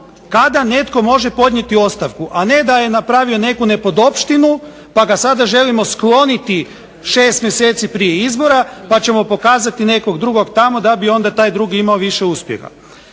kada netko može podnijeti ostavku, a ne da je napravio neku nepodopštinu, pa ga sada želimo skloniti 6 mjeseci prije izbora, pa ćemo pokazati nekog drugog tamo da bi onda taj drugi imao više uspjeha.